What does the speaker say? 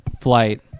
flight